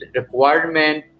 requirement